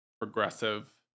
progressive